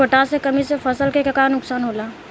Potash के कमी से फसल के का नुकसान होला?